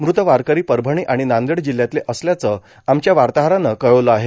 मृत वारकरी परभणी आणि नांदेड जिल्हयातले असल्याचं आमच्या वार्ताहरानं कळवलं आहे